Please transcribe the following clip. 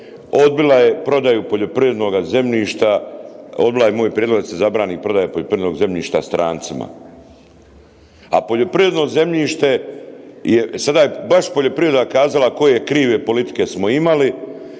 odbila je moj prijedlog da se zabrani prodaja poljoprivrednoga zemljišta strancima. A poljoprivredno zemljište, je, sada je baš poljoprivreda kazala koje krive politike smo imali